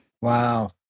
Wow